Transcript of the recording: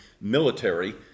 military